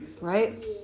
Right